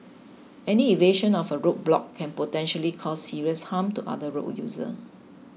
any evasion of a road block can potentially cause serious harm to other road users